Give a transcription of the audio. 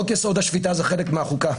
חוק-יסוד: השפיטה, הוא חלק מהחוקה,